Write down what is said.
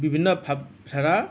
বিভিন্ন ভাৱধাৰা